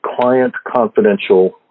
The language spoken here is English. client-confidential